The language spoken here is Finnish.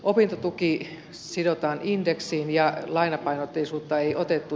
opintotuki sidotaan indeksiin ja lainapainotteisuutta ei otettu